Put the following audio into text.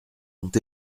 ont